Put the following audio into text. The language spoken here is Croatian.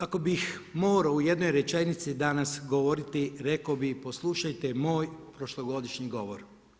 Ako bih morao u jednoj rečenici danas govoriti rekao bih poslušajte moj prošlogodišnji govor.